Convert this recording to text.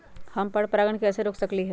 हम पर परागण के कैसे रोक सकली ह?